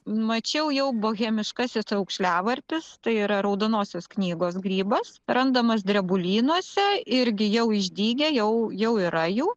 mačiau jau bohemiškasis aukšliavarpis tai yra raudonosios knygos grybas randamas drebulynuose irgi jau išdygę jau jau yra jų